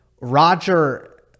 Roger